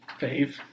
fave